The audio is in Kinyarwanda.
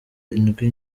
indwi